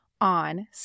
on